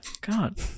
God